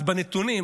אז בנתונים,